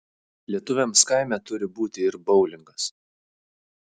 lietuviams kaime turi būti ir boulingas